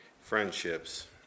friendships